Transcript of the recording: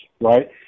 right